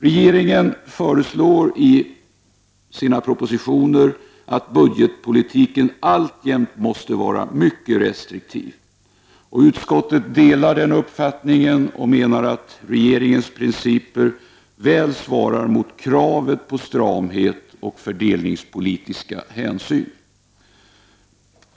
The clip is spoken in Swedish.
Regeringen uttalar i sina propositioner att budgetpolitiken alltjämt måste vara mycket restriktiv. Utskottet delar den uppfattningen och menar att regeringens principer väl svarar mot kravet på stramhet och fördelningspolitiska hänsyn.